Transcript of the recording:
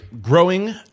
growing